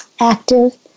active